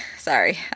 Sorry